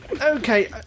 okay